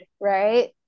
right